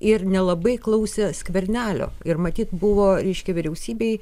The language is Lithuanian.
ir nelabai klausė skvernelio ir matyt buvo reiškia vyriausybėj